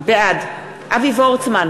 בעד אבי וורצמן,